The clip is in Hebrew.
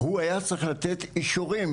הוא היה צריך לתת אישורים,